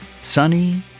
sunny